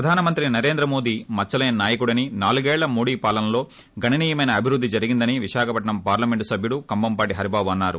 ప్రధాని మంత్రి నరేంద్రమోదీ మచ్చలేని నాయకుడని నాలుగేళ్చ మోడీ పాలనలో గణనీయమైన అభివృద్ధి జరిగిందని విశాఖపట్నం పార్లమెంట్ సబ్యుడు కంభంపాటి హరిబాబు అన్నారు